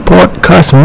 Podcast